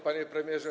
Panie Premierze!